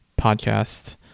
podcast